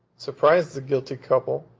surprised the guilty couple,